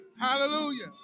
hallelujah